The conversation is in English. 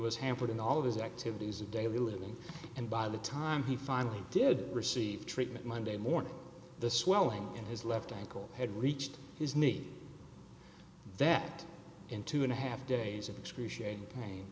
was hampered in all of his activities of daily living and by the time he finally did receive treatment monday morning the swelling in his left ankle had reached his knees that in two and a half days of excruciating pain